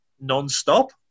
non-stop